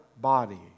body